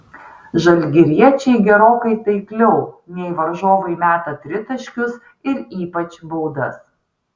žalgiriečiai gerokai taikliau nei varžovai meta tritaškius ir ypač baudas